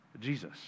Jesus